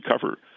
cover